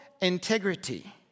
integrity